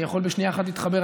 אני יכול בשנייה אחת להתחבר.